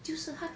就是他